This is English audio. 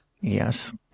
Yes